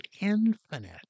infinite